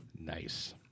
nice